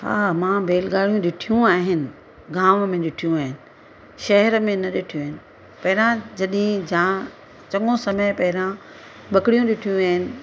हा मां बैलगाॾियूं ॾिठियूं आहिनि गांव में ॾिठियूं आहिनि शहर में न ॾिठियूं आहिनि पहिरां जॾहिं जा चङो समय पहिरां ॿकरियूं ॾिठियूं आहिनि